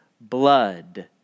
blood